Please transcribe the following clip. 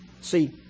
See